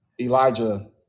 Elijah